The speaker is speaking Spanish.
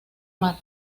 mar